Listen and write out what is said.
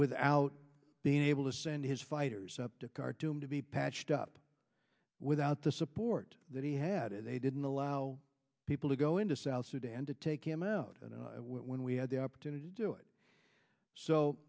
without being able to send his fighters up to khartoum to be patched up without the support that he had and they didn't allow people to go into south sudan to take him out when we had the opportunity to do it so